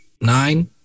nine